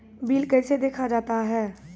Bill कैसे देखा जाता हैं?